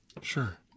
Sure